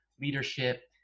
leadership